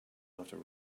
after